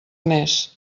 més